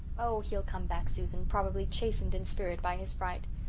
oh, he'll come back, susan, probably chastened in spirit by his fright.